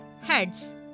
heads